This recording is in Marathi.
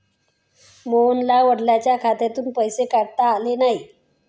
मोहनला वडिलांच्या खात्यातून पैसे काढता आले नाहीत